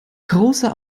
großer